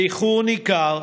באיחור ניכר,